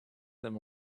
them